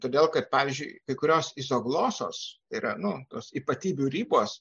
todėl kad pavyzdžiui kai kurios izoglosos yra nu tos ypatybių ribos